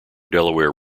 delaware